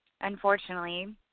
unfortunately